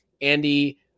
Andy